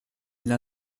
n’a